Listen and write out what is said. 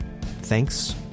Thanks